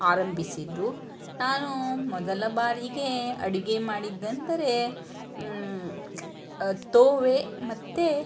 ಆರಂಭಿಸಿದ್ದು ನಾನು ಮೊದಲ ಬಾರಿಗೆ ಅಡುಗೆ ಮಾಡಿದ್ದಂದರೆ ತೋವೆ ಮತ್ತು